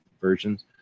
versions